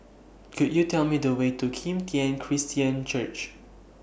Could YOU Tell Me The Way to Kim Tian Christian Church